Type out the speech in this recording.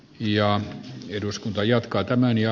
ja eduskunta jatkaa tämän ja